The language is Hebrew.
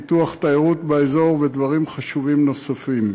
פיתוח תיירות באזור ודברים חשובים נוספים.